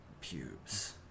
pubes